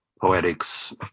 poetics